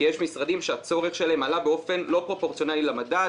כי יש משרדים שהצורך שלהם עלה באופן לא פרופורציונלי למדד,